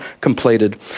completed